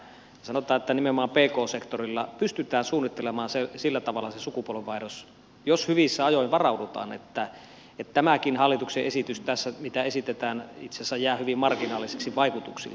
sanotaan että nimenomaan pk sektorilla pystytään suunnittelemaan sillä tavalla se sukupolvenvaihdos jos hyvissä ajoin varaudutaan että tämäkin hallituksen esitys mitä tässä esitetään itse asiassa jää hyvin marginaaliseksi vaikutuksiltaan